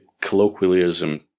colloquialism